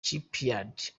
shipyard